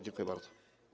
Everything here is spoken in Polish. Dziękuję bardzo.